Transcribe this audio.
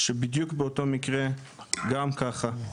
שבדיוק באותו מקרה גם ככה.